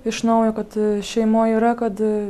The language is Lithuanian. iš naujo kad šeimoj yra kad